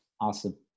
Awesome